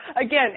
again